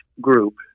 group